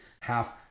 half